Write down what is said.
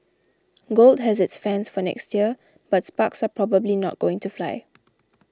gold has its fans for next year but sparks are probably not going to fly